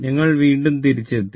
ഞങ്ങൾ വീണ്ടും തിരിച്ചെത്തി